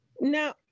Now